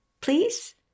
please